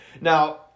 now